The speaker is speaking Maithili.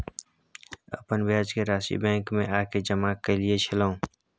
अपन ब्याज के राशि बैंक में आ के जमा कैलियै छलौं?